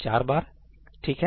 चार बार ठीक है